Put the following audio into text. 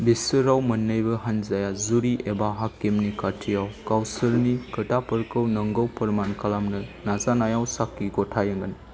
बिसोराव मोन्नैबो हानजाया जुरि एबा हाकिमनि खाथियाव गावसोरनि खोथाफोरखौ नंगौ फोरमान खालामनो नाजानायाव साखि गथायोमोन